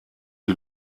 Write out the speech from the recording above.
die